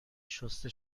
شسته